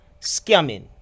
scamming